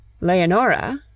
Leonora